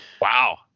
wow